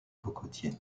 cocotiers